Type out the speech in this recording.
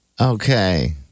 Okay